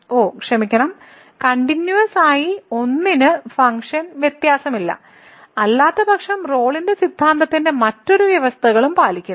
ഓ ക്ഷമിക്കണം കണ്ടിന്യൂവസ് ആയി 1 ന് ഫംഗ്ഷൻ വ്യത്യാസമില്ല അല്ലാത്തപക്ഷം റോളിന്റെ സിദ്ധാന്തത്തിന്റെ മറ്റെല്ലാ വ്യവസ്ഥകളും പാലിക്കുന്നു